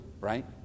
right